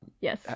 Yes